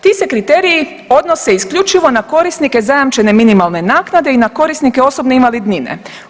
Ti se kriteriji odnose isključivo na korisnike zajamčene minimalne naknade i na korisnike osobne invalidnine.